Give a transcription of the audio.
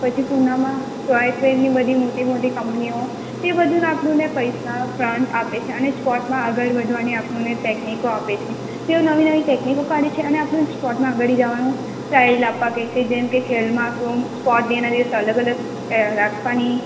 પછી પૂનામાં સોયફવેરની બધી મોટી મોટી કંપનીઓ તે બધું આપણને પૈસા ફંડ આપે છે અને સ્પોર્ટમાં આગળ વધવાની આપણ ને ટેકનિકો આપે છે તેઓ નવી નવી ટેકનિકો કાઢે છે અને આપણું સ્પોર્ટમાં આગળએ જવાનું ટ્રાઈલ આપવા કે છે જેમ કે ખેલ મહાકુંભ સ્પોર્ટ ડેના દિવસ અલગ અલગ એ રાખવાની